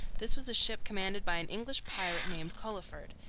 this was a ship commanded by an english pirate named culliford,